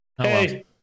Hey